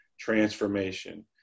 transformation